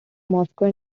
moscow